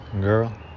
Girl